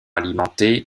alimenté